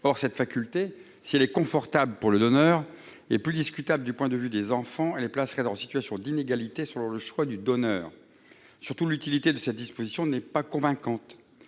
Or cette faculté, si elle est confortable pour le donneur, est plus discutable du point de vue des enfants. Elle les placerait dans une situation d'inégalité selon le choix du donneur. Surtout, l'utilité de cette disposition n'est pas convaincante.